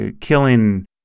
killing